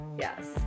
Yes